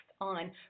on